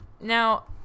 Now